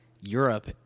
Europe